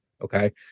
Okay